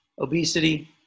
obesity